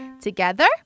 together